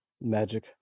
Magic